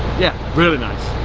yeah, really nice.